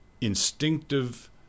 instinctive